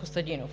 Костадинов.